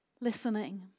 listening